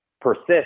persist